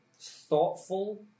thoughtful